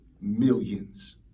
millions